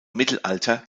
mittelalter